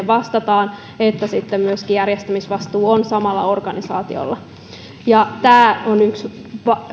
vastataan että sitten myöskin järjestämisvastuu ovat samalla organisaatiolla ja tämä on yksi